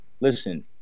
listen